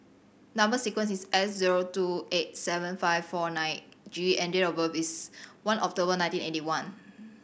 number sequence is S zero two eight seven five four nine G and date of birth is one October nineteen eighty one